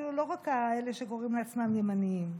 אפילו לא רק אלה שקוראים לעצמם "ימנים",